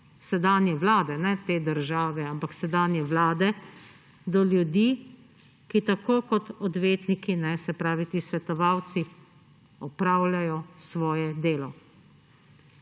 sedanje vlade, ne te države, ampak sedanje vlade do ljudi, ki tako kot odvetniki ti svetovalci opravljajo svoje delo.